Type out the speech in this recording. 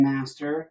Master